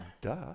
Duh